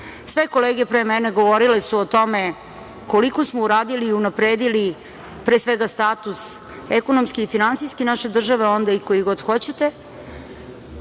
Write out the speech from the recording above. kolege pre mene govorili su o tome koliko smo uradili i unapredili, pre svega status ekonomski i finansijski naše države, onda i koji god hoćete.